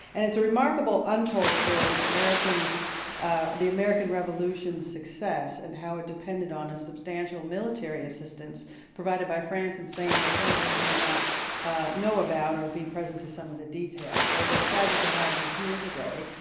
and it's a remarkable, untold story of the american revolution's success, and how it depended on a substantial military assistance provided by france and spain that some of us may not know about or be present to some of the details. so we are excited to have him here today.